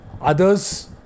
others